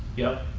yup.